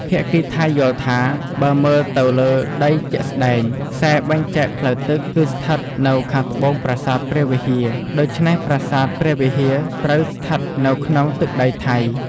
ភាគីថៃយល់ថា បើមើលទៅលើដីជាក់ស្តែង ខ្សែបែងចែកផ្លូវទឹក គឺស្ថិតនៅខាងត្បូងប្រាសាទព្រះវិហារ ដូច្នេះប្រាសាទព្រះវិហារត្រូវស្ថិតនៅក្នុងទឹកដីថៃ។